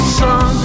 sun